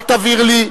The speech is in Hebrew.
אל תבהיר לי,